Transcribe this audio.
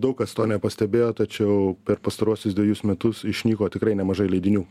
daug kas to nepastebėjo tačiau per pastaruosius dvejus metus išnyko tikrai nemažai leidinių